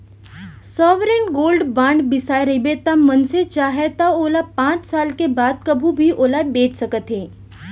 sovereign gold bond बिसाए रहिबे त मनसे चाहय त ओला पाँच साल के बाद कभू भी ओला बेंच सकथे